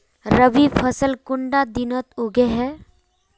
रवि फसल कुंडा दिनोत उगैहे?